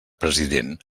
president